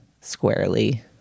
squarely